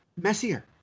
messier